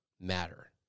matter